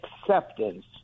acceptance